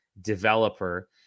developer